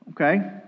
Okay